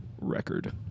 record